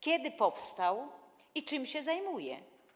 Kiedy powstał i czym się zajmuje?